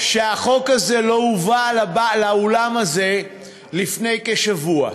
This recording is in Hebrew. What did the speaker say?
שהחוק הזה לא הובא לאולם הזה לפני כשבוע.